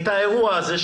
האירוע הזה,